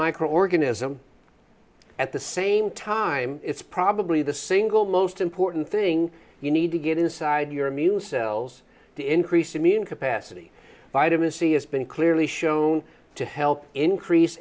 microorganism at the same time it's probably the single most important thing you need to get inside your immune cells to increase immune capacity vitamin c has been clearly shown to help increase